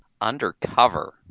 Undercover